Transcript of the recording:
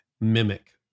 mimic